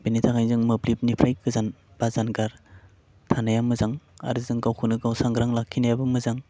बेनि थाखायनो जों मोब्लिबनिफ्राय गोजान बा जानगार थानाया मोजां आरो जों गावखौनो गाव सांग्रां लाखिनायाबो मोजां